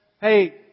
hey